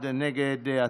ובכן, 12 בעד, אחד נגד.